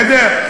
בסדר?